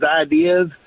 ideas